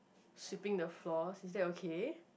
sweeping the floor is that okay